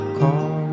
car